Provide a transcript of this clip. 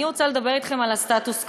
אני רוצה לדבר אתכם על הסטטוס-קוו,